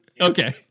okay